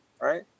Right